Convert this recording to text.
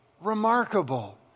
Remarkable